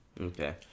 Okay